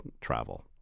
travel